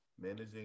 managing